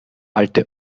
alte